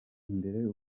imbere